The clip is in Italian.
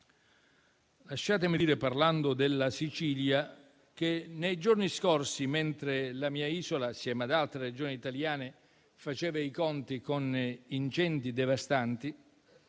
lasciatemi dire, parlando della Sicilia, che nei giorni scorsi mentre la mia isola, assieme ad altre Regioni italiane, faceva i conti con incendi devastanti,